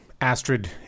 Astrid